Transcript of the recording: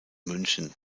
münchen